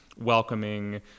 welcoming